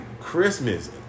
Christmas